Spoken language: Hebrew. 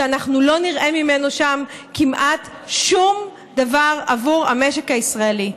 שאנחנו לא נראה ממנו שם כמעט שום דבר עבור המשק הישראלי.